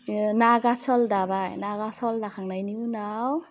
नागासल दाबाय नागासल दाखांनायनि उनाव